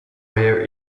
rare